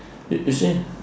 you you see